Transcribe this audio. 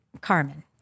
Carmen